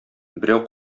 берәү